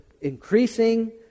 increasing